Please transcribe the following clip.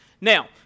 Now